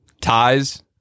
Ties